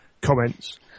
comments